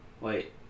wait